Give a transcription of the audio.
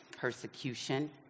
persecution